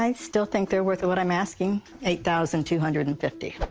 um still think they're worth what i'm asking eight thousand two hundred and fifty